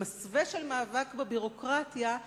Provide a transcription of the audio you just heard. במסווה של מאבק בביורוקרטיה,